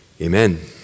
Amen